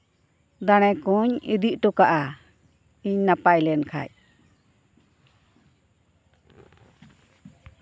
ᱫᱟᱬᱮ ᱠᱩᱧ ᱤᱫᱤ ᱚᱴᱚ ᱠᱟᱜᱼᱟ ᱤᱧ ᱱᱟᱯᱟᱭ ᱞᱮᱱ ᱠᱷᱟᱱ